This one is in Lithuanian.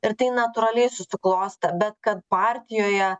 ir tai natūraliai susiklostė bet kad partijoje